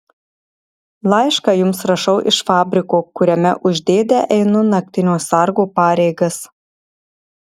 laišką jums rašau iš fabriko kuriame už dėdę einu naktinio sargo pareigas